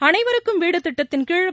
அனைவருக்கும் வீடு திட்டத்தின்கீழ்